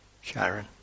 Sharon